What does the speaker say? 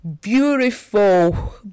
beautiful